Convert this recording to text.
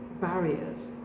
barriers